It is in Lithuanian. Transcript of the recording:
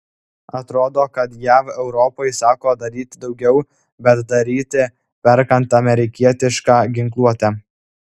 atrodo kad jav europai sako daryti daugiau bet daryti perkant amerikietišką ginkluotę